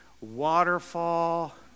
waterfall